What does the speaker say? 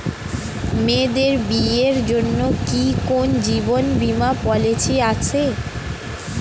মেয়েদের বিয়ের জন্য কি কোন জীবন বিমা পলিছি আছে?